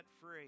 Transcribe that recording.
free